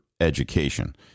education